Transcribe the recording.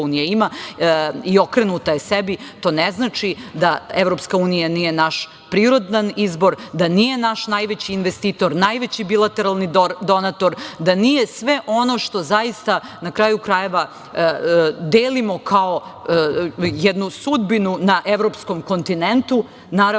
EU ima i okrenuta je sebi. To ne znači da EU nije naš prirodan izbor, da nije naš najveći investitor, najveći bilateralni donator, da nije sve ono što zaista, na kraju krajeva, delimo kao jednu sudbinu na evropskom kontinentu, naravno